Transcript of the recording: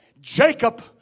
Jacob